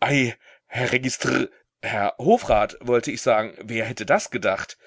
herr registr herr hofrat wollte ich sagen wer hätte das gedacht